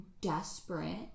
desperate